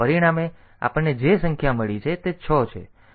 પરિણામે આપણને જે સંખ્યા મળે છે તે 6 છે